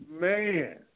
Man